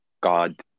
God